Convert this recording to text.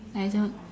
I don't